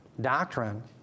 doctrine